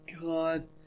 God